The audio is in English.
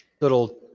little